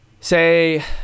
say